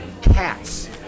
cats